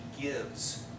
gives